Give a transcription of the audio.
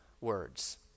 words